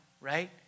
right